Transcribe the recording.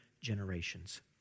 generations